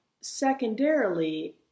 secondarily